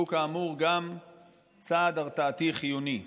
זהו, כאמור, גם צעד הרתעתי חיוני.